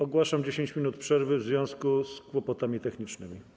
Ogłaszam 10 minut przerwy w związku z kłopotami technicznymi.